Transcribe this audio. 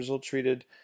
treated